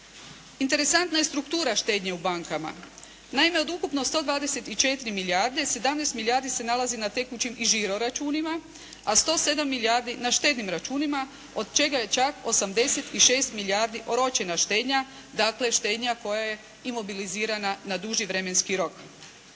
Interesantna je struktura štednje u bankama. Naime, od ukupno 124 milijarde 17 milijardi se nalazi na tekućim i žiro-računima a 107 milijardi na štednim računima od čega je čak 86 milijardi oročena štednja, dakle štednja koja je imobilizirana na duži vremenski rok.